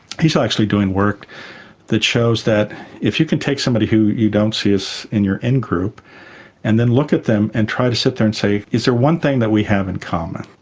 he's actually doing work that shows that if you can take somebody who you don't see as in your in-group and then look at them and try to sit there and say, is there one thing we have in common?